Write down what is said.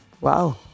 Wow